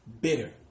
bitter